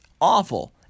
awful